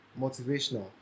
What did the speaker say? motivational